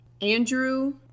Andrew